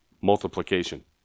multiplication